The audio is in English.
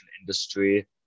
industry